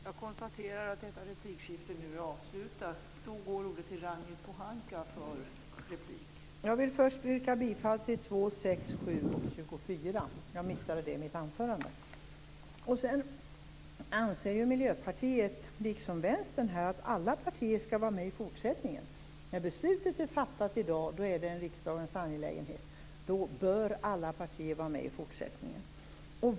Fru talman! Först yrkar jag bifall till reservationerna 2, 6, 7 och 24, vilket jag missade i mitt anförande här tidigare. Vi i Miljöpartiet anser, liksom man i Vänstern gör, att alla partier skall vara med i fortsättningen. När beslut i dag är fattat är detta en riksdagens angelägenhet. Alla partier bör därför vara med i fortsättning.